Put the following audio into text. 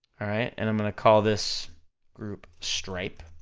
alright, and i'm gonna call this group stripe,